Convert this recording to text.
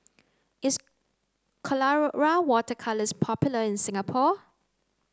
is Colora water colours popular in Singapore